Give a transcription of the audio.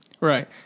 Right